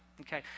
Okay